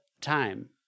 time